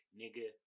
nigga